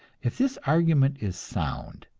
if this argument is sound,